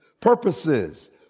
purposes